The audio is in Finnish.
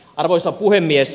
arvoisa puhemies